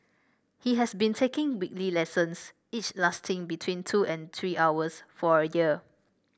he has been taking weekly lessons each lasting between two and three hours for a year